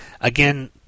Again